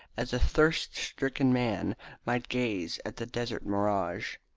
as a thirst-stricken man might gaze at the desert mirage.